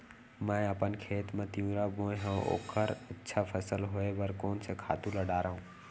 मैं अपन खेत मा तिंवरा बोये हव ओखर अच्छा फसल होये बर कोन से खातू ला डारव?